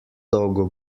dolgo